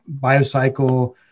BioCycle